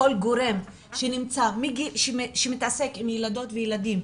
כל גורם שמתעסק עם ילדות וילדים,